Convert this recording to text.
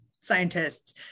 scientists